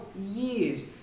years